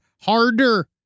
harder